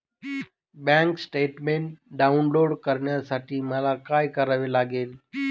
Bank statement download करण्यासाठी मला काय करावे लागेल?